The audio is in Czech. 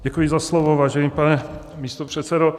Děkuji za slovo, vážený pane místopředsedo.